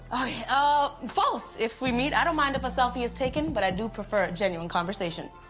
ah false. if we meet i don't mind if a selfie is taken, but i do prefer genuine conversation.